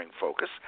focus